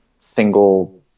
single